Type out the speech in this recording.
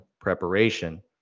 preparation